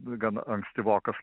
gan ankstyvokas